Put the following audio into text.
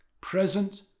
Present